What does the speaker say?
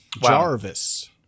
Jarvis